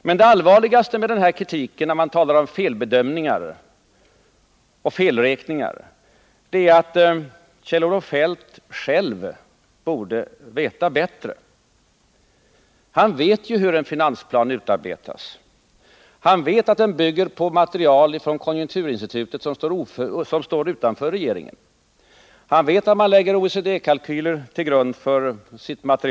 Men det allvarligaste med den här kritiken — där Kjell-Olof Feldt talar om felbedömningar och felräkningar — är att han själv borde veta bättre. Han vet ju hur en finansplan utarbetas. Han vet att den bygger på material från konjunkturinstitutet, som står utanför regeringen. Han vet att man lägger OECD-kalkyler till grund för beräkningarna.